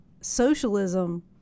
socialism